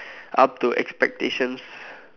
up to expectations